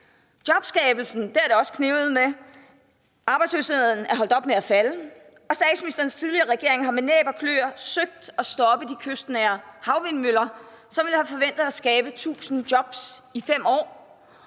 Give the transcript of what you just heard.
Jobskabelsen har det også knebet med. Arbejdsløsheden er holdt op med at falde, og statsministerens tidligere regering har med næb og kløer søgt at stoppe de kystnære havvindmøller, som forventet ville have skabt 1.000 jobs i 5 år.,